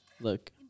look